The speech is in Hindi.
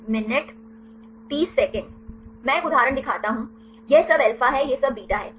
मैं एक उदाहरण दिखाता हूं यह सब अल्फ़ा है यह सब बीटा है सही